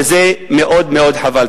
וזה מאוד מאוד חבל.